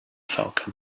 falcon